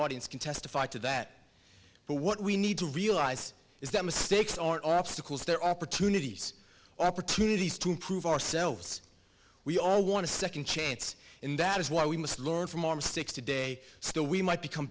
audience can testify to that but what we need to realize is that mistakes are obstacles there are opportunities opportunities to improve ourselves we all want to second chance and that is why we must learn from our mistakes today so we might become